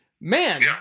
man